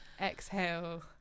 exhale